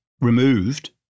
removed